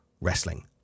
wrestling